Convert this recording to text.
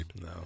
no